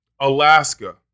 Alaska